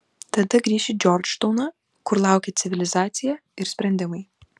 tada grįš į džordžtauną kur laukė civilizacija ir sprendimai